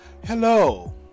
Hello